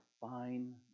fine